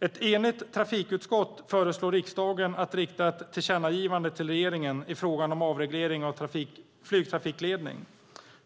Ett enigt trafikutskott föreslår riksdagen att rikta ett tillkännagivande till regeringen i frågan om avregleringen av flygtrafikledning.